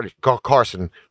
Carson